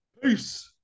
Peace